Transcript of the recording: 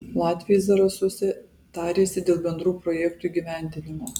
latviai zarasuose tarėsi dėl bendrų projektų įgyvendinimo